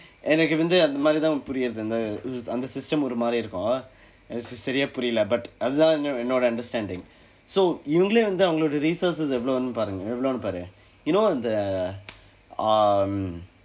எனக்கு வந்து அந்த மாதிரி தான் பூரிது அந்த அந்த:enakku vandthu andtha maathiri thaan purithu antha antha system ஒரு மாதிரி இருக்கும் சரியா புரியில்ல:oru maathiri irukkum sariyaa puriyilla but அது தான் என் என்னோட:athu thaan en enooda understanding so இவங்களே வந்து இவங்களுட:ivangkalee vandthu ivangkaluda races எவ்வளவுனு பாருங்க எவ்வளவுன்னு பாரு:evvalvunu paarungka evvavunnu paaru you know the um